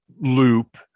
loop